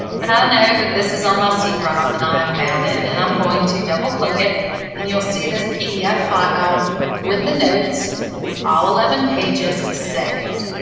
but i know that this is on my c drive and i have found it. and i'm going to double click it and you'll see this pdf file with the notes all eleven pages, saved.